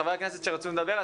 חברי הכנסת שרוצים לדבר,